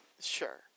sure